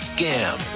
Scam